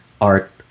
art